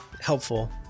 helpful